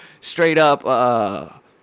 straight-up